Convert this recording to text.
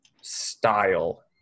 style